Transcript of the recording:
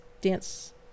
dance